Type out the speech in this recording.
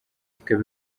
ikaba